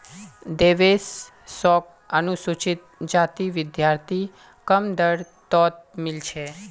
देवेश शोक अनुसूचित जाति विद्यार्थी कम दर तोत मील छे